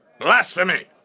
Blasphemy